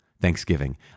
thanksgiving